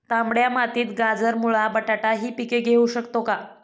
तांबड्या मातीत गाजर, मुळा, बटाटा हि पिके घेऊ शकतो का?